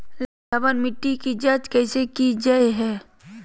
लवन मिट्टी की जच कैसे की जय है?